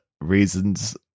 reasons